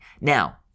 Now